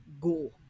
go